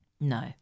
No